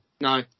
No